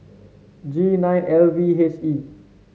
G nine L V H E